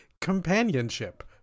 companionship